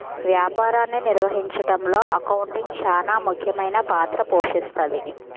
వ్యాపారాన్ని నిర్వహించడంలో అకౌంటింగ్ చానా ముఖ్యమైన పాత్ర పోషిస్తది